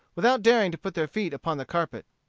without daring to put their feet upon the carpet.